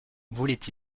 voulait